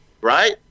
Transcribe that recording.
right